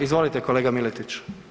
Izvolite kolega Miletić.